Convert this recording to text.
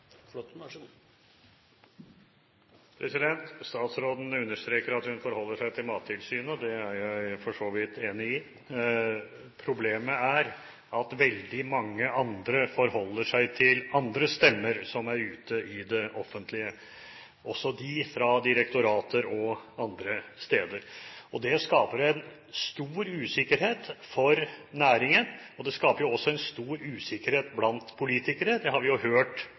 Statsråden understreker at hun forholder seg til Mattilsynet, og det er jeg for så vidt enig i at man gjør. Problemet er at veldig mange andre forholder seg til andre stemmer ute i det offentlige, også de fra direktorater og andre steder. Det skaper stor usikkerhet for næringen, og det skaper også stor usikkerhet blant politikere – det har vi jo hørt